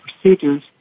procedures